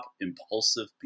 impulsive